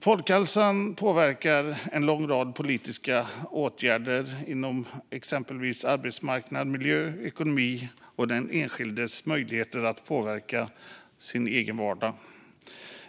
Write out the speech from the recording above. Folkhälsan påverkas av en lång rad politiska åtgärder inom exempelvis arbetsmarknad, miljö, ekonomi och den enskildes möjligheter att påverka sin egen vardag.